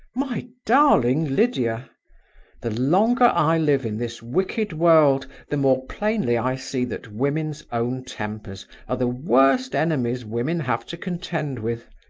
my darling lydia the longer i live in this wicked world the more plainly i see that women's own tempers are the worst enemies women have to contend with.